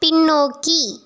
பின்னோக்கி